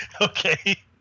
Okay